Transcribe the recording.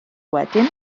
wedyn